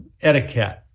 etiquette